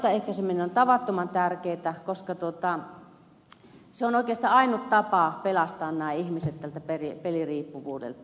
ennaltaehkäiseminen on tavattoman tärkeätä koska se on oikeastaan ainut tapa pelastaa nämä ihmiset tältä peliriippuvuudelta